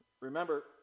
Remember